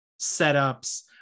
setups